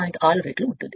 6 రెట్లు ఉంటుందిసరైనది